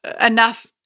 enough